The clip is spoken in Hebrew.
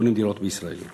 שקונים דירות בישראל.